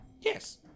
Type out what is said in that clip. Yes